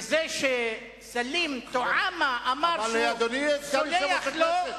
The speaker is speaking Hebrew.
וזה שסלים טועמה אמר שהוא סולח לו,